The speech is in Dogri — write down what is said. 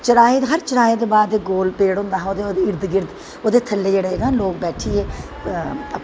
चराहे दे बार हर इक चराहे दे बाद गोल पेड़ होंदा हा ओह्दे इर्ग गिर्द ना लोग बैठियै